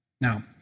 Now